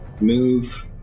Move